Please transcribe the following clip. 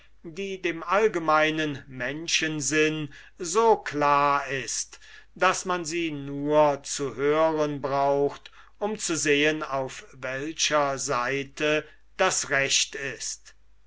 die dem allgemeinen menschensinn so klar ist daß man sie nur zu hören braucht um zu sehen auf welcher seite das recht ist